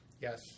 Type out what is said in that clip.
Yes